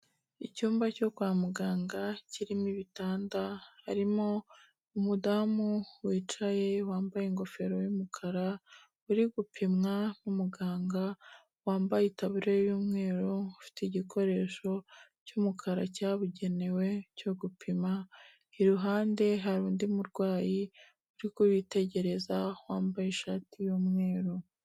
Icyumba cyo kwa muganga kirimo ibitanda, harimo umudamu wicaye wambaye ingofero y’umukara uri gupimwa n’umuganga wambaye itaburiya y'umweru, ufite igikoresho cy'umukara cyabugenewe cyo gupima, iruhande hari undi murwayi uri kubitegereza wambaye ishati y’umweru.